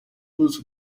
ibibazo